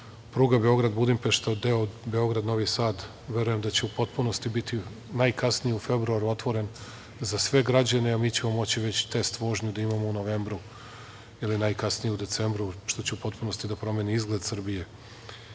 nas. Pruga Beograd-Budimpešta, deo Beograd-Novi Sad, verujem da će u potpunosti biti najkasnije u februaru otvoren za sve građane, a mi ćemo moći već test vožnju da imamo u novembru ili najkasnije u decembru, što će u potpunosti da promeni izgled Srbije. Sve